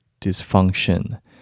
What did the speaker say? dysfunction